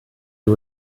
you